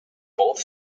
both